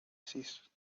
ceased